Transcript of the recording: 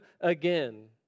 again